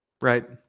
Right